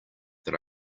that